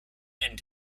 and